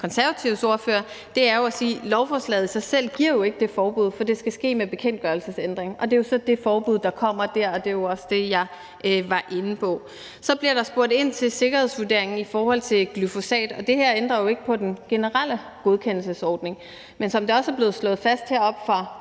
Konservatives ordfører, tænker jeg, handler jo om, at det ikke er lovforslaget i sig selv, der medfører det forbud, for det skal ske med en bekendtgørelsesændring. Det er så det forbud, der kommer dér, og det var jo også det, jeg var inde på. Så bliver der spurgt ind til sikkerhedsvurderingen i forhold til glyfosat, og det her ændrer jo ikke på den generelle godkendelsesordning, men som det også er blevet slået fast heroppe